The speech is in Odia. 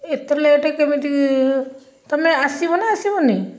ଏତେ ଲେଟ୍ କେମିତି ତୁମେ ଆସିବା ନା ଆସିବନି